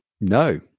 no